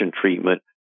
treatment